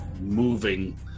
moving